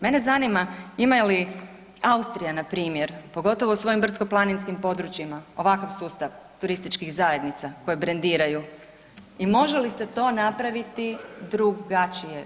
Mene zanima imaju li Austrija npr., pogotovo u svojim brdsko planinskim područjima ovakav sustav turističkih zajednica koje brendiraju i može li se to napraviti drugačije?